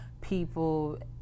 people